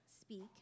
Speak